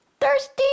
Thirsty